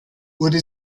wurde